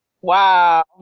Wow